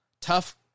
tough